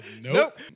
Nope